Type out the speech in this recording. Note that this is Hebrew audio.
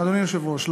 אדוני היושב-ראש,